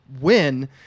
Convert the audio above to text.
win